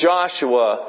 Joshua